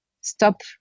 stop